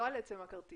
לא על עצם הכרטיס.